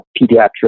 pediatric